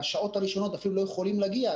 לא יוכלו להגיע בשעות הראשונות.